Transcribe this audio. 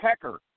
Pecker